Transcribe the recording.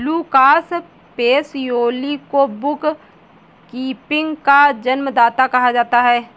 Lucas Pacioli को book keeping का जन्मदाता कहा जाता है